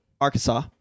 Arkansas